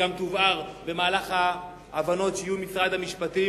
וגם תובהר בהבנות שיהיו עם משרד המשפטים,